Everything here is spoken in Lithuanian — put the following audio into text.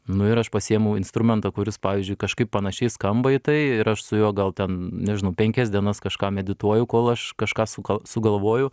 nu ir aš pasiimu instrumentą kuris pavyzdžiui kažkaip panašiai skamba į tai ir aš su juo gal ten nežinau penkias dienas kažką medituoju kol aš kažką sukal sugalvoju